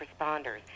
responders